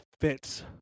fits